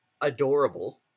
adorable